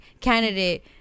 candidate